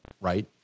right